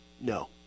no